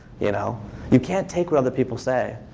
you know you can't take what other people say.